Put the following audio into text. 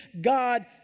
God